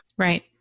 Right